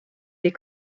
des